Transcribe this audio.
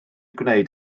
gwneud